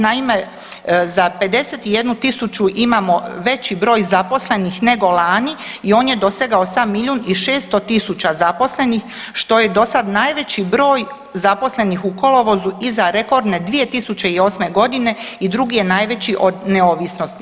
Naime, za 51 tisuću imamo veći broj zaposlenih nego lani i on je dosegao sad milijun i 600 tisuća zaposlenih što je do sada najveći broj zaposlenih u kolovozu iza rekordne 2008. godine i drugi je najveći od neovisnosti.